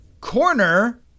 corner